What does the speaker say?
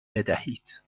بدهید